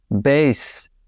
base